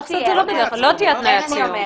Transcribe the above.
לא תהיה התניית סיום.